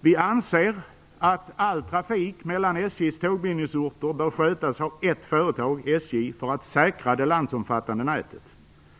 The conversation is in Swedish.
Vi anser att all trafik mellan SJ:s tågbindningsorter bör skötas av ett företag - SJ - för att säkra det landsomfattande nätet.